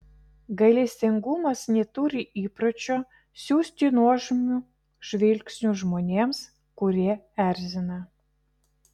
gailestingumas neturi įpročio siųsti nuožmių žvilgsnių žmonėms kurie erzina